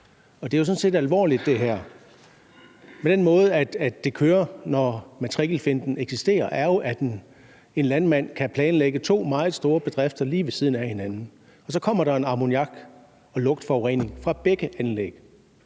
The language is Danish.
set alvorligt. Den måde, det kører på, når matrikelfinten eksisterer, er jo, at en landmand kan planlægge to meget store bedrifter lige ved siden af hinanden, og så kommer der jo en ammoniak- og lugtforurening fra begge anlæg,